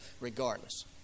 regardless